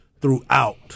throughout